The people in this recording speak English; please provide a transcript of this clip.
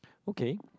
okay